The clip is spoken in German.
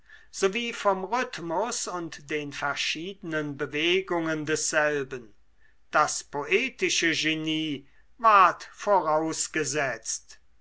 sowie vom rhythmus und den verschiedenen bewegungen desselben das poetische genie ward vorausgesetzt